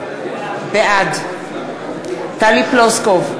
בעד טלי פלוסקוב,